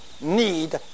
need